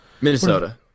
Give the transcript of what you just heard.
Minnesota